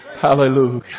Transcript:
Hallelujah